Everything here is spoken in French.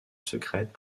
secrète